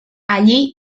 allí